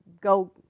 go